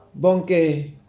Bonke